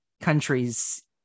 countries